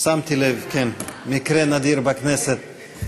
מקרה נדיר בכנסת.